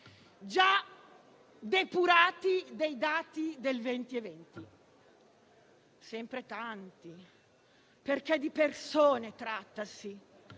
già depurati dei dati del 2020. Sempre tanti, perché di persone trattasi,